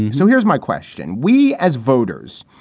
so here's my question. we as voters,